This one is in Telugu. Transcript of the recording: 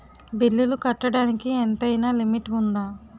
బిల్లులు కట్టడానికి ఎంతైనా లిమిట్ఉందా?